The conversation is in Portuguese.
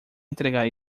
entregar